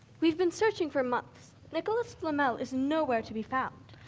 we've been searching for months. nicholas flamel is nowhere to be found.